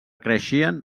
creixien